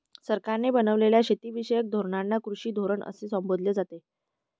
सरकारने बनवलेल्या शेतीविषयक धोरणांना कृषी धोरण असे संबोधले जाते